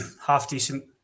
half-decent